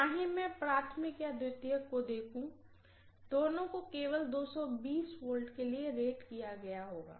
चाहे मैं प्राइमरी या सेकेंडरी को देखूं दोनों को केवल 220 V के लिए रेट किया गया होगा